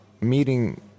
Meeting